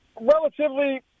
relatively